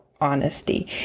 honesty